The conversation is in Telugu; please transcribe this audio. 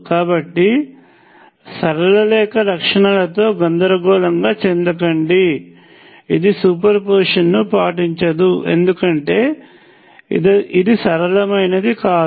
కాబట్టి సరళ రేఖ లక్షణాలతో గందరగోళంగా చెందకండి ఇది సూపర్పొజిషన్ను పాటించదు ఎందుకంటే ఇది సరళమైనది కాదు